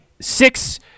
six